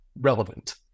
relevant